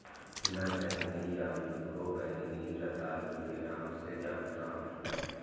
मैं बैंगनी यामी को बैंगनी रतालू के नाम से जानता हूं